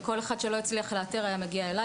וכל אחד שלא הצליח לאתר היה מגיע אלי